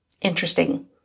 interesting